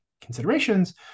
considerations